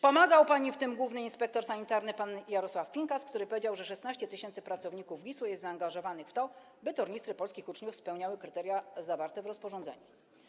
Pomagał pani w tym główny inspektor sanitarny pan Jarosław Pinkas, który powiedział, że 16 tys. pracowników GIS-u jest zaangażowanych w to, by tornistry polskich uczniów spełniały kryteria zawarte w rozporządzeniu.